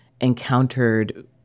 encountered